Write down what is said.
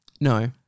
No